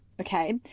Okay